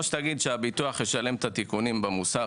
שתגיד שהביטוח ישלם את התיקונים במוסך.